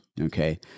okay